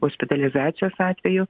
hospitalizacijos atvejų